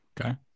Okay